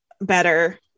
better